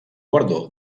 guardó